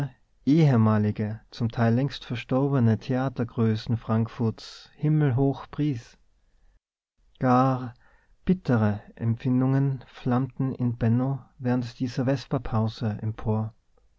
ehemalige zum teil längst verstorbene theatergrößen frankfurts himmelhoch pries gar bittere empfindungen flammten in benno während dieser vesperpause empor